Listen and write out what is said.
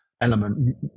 element